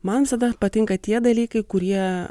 man visada patinka tie dalykai kurie